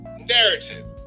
narrative